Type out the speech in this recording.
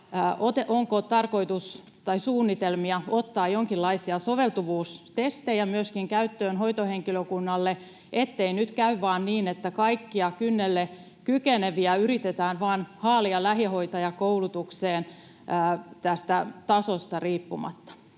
onko tarkoitus tai suunnitelmia ottaa myöskin jonkinlaisia soveltuvuustestejä käyttöön hoitohenkilökunnalle, ettei nyt vain käy niin, että kaikkia kynnelle kykeneviä yritetään vaan haalia lähihoitajakoulutukseen tasosta riippumatta?